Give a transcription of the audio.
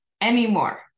anymore